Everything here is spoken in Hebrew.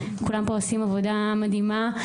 כולם פה עושים עבודה מדהימה.